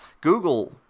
Google